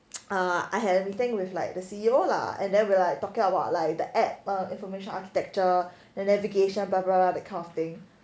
I had a meeting with like the C_E_O lah and then we're talking about like the app or information architecture the navigation blah blah blah that kind of thing